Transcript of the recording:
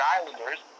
Islanders